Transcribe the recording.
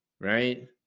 Right